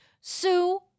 Sue